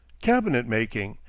cabinet-making,